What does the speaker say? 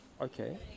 Okay